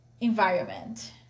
environment